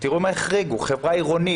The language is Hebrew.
תראו מה החריגו: חברה עירונית,